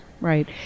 Right